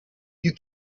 you